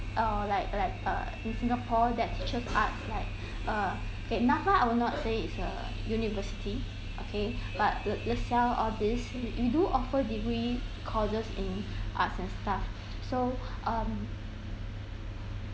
err like like uh in singapore that teaches artlike uh okay NAFA I will not say it's a university okay but lasalle all this and we do offer degree courses in arts and stuff so um